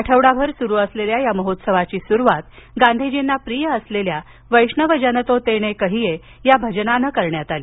आठवडाभर सुरू असलेल्या या महोत्सवाची सुरुवात गांधीजींना प्रिय असलेल्या वैष्णव जन तो या भजनांनी करण्यात आली